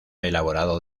elaborado